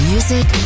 Music